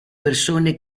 persone